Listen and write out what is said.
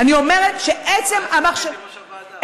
אני אומרת שעצם, מה לעשות, הייתי יושב-ראש הוועדה.